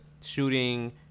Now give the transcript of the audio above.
shooting